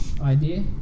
idea